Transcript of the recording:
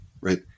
right